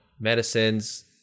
medicines